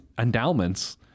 endowments